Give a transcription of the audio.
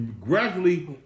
gradually